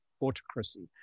autocracy